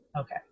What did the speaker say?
Okay